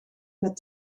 met